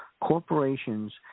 corporations